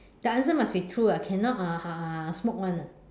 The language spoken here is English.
the answer must be true ah cannot uh smoke [one] ah